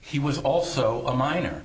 he was also a minor